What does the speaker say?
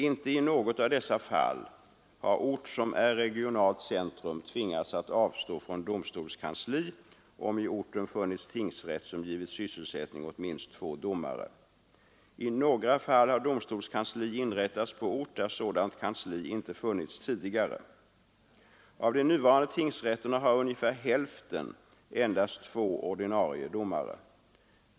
Inte i något av dessa fall har ort som är regionalt centrum tvingats att avstå från domstolskansli om i orten funnits tingsrätt som givit sysselsättning åt minst två domare. I några fall har domstolskansli inrättats på ort där sådant kansli inte funnits tidigare. Av de nuvarande tingsrätterna har ungefär hälften endast två ordinarie domare.